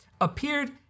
appeared